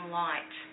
light